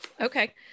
Okay